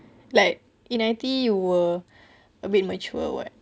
like in I_T_E you were a bit mature [what]